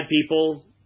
people